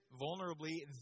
vulnerably